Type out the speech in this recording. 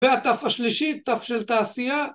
‫והת' השלישי, ת' של תעשייה.